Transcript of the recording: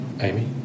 Amy